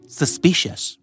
suspicious